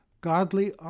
Godly